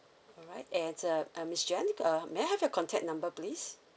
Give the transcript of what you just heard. alright and uh uh miss jenn uh may I have your contact number please